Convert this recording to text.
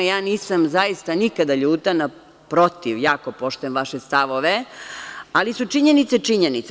Ja nisam zaista nikada ljuta, naprotiv, jako poštujem vaše stavove, ali su činjenice činjenice.